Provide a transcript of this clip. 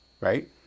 right